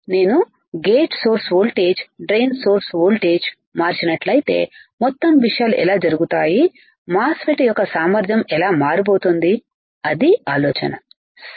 నేను gate source voltage drain source voltage మార్చినట్లయితేమొత్తం విషయాలు ఎలా జరుగుతాయి మాస్ ఫెట్ యొక్క సామర్ధ్యం ఎలా మారబోతుందో అది ఆలోచన సరే